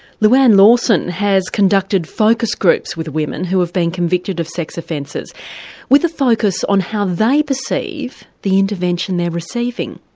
louanne lawson has conducted focus groups with women who have been convicted with sex offences with a focus on how they perceive the intervention they are receiving.